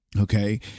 okay